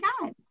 God